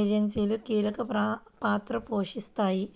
ఏజెన్సీలు కీలక పాత్ర పోషిస్తాయి